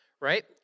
right